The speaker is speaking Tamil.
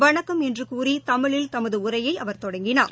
வணக்கம் என்றுகூறிதமிழில் தமதுஉரையைஅவர் தொடங்கினார்